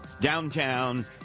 downtown